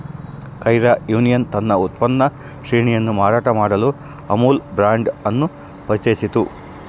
Kaira union ತನ್ನ ಉತ್ಪನ್ನ ಶ್ರೇಣಿಯನ್ನು ಮಾರಾಟ ಮಾಡಲು ಅಮುಲ್ ಬ್ರಾಂಡ್ ಅನ್ನು ಪರಿಚಯಿಸಿತು